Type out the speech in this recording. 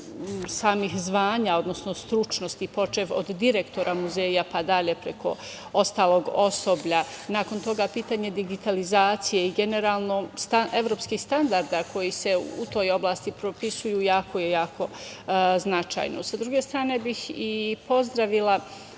samih zvanja, odnosno stručnosti, počev od direktora muzeja, pa dalje, preko ostalog osoblja, nakon toga pitanje digitalizacije i generalno evropskih standarda koji se u toj oblasti propisuju jako je značajno. Sa druge strane bih i pozdravila